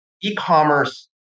e-commerce